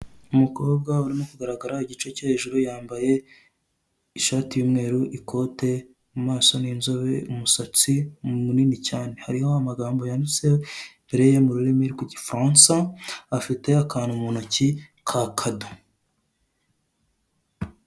Umukobwa urimo kugaragara igice cyo hejuru yambaye ishati yumweru ikote mumaso ninzobe umusatsi munini cyane hariho amagambo yanditse imbere ye mururimi rw'igifaransa afite akantu muntoki ka kado.